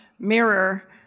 mirror